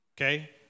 Okay